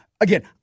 again